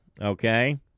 okay